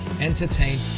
entertain